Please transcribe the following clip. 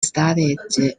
studied